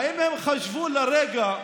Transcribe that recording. האם הם חשבו לרגע,